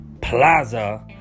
Plaza